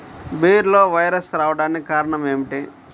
బీరలో వైరస్ రావడానికి కారణం ఏమిటి?